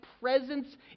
presence